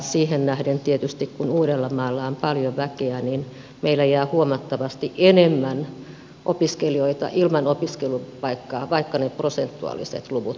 siihen nähden tietysti että uudellamaalla on paljon väkeä meillä jää huomattavasti enemmän opiskelijoita ilman opiskelupaikkaa vaikka ne prosentuaaliset luvut olisivat aivan samat